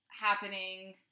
happening